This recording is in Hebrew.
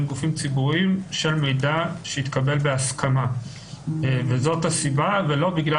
גופים ציבוריים של מידע שהתקבל בהסכמה וזאת הסיבה ולא בגלל